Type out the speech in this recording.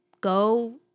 go